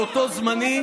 לאותו זמני,